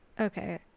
Okay